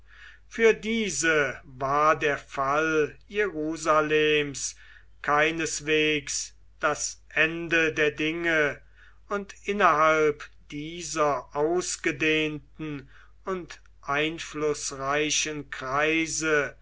für diese war der fall jerusalems keineswegs das ende der dinge und innerhalb dieser ausgedehnten und einflußreichen kreise